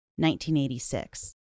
1986